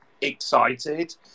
excited